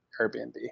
Airbnb